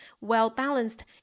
well-balanced